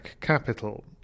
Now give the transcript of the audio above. Capital